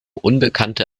unbekannte